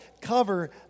cover